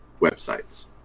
websites